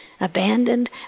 abandoned